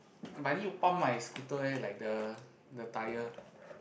but I need to pump my scooter eh like the the tyre